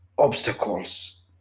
obstacles